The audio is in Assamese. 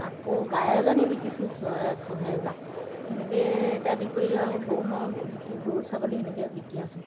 আকৌ গায় এজনী বিকিছোঁ ছহেজাৰ সেনেকৈয়ে ইত্যাদি কৰি আৰু গৰু ম'হ বিকি গৰু ছাগলী সেনেকৈ বিকি আছোঁ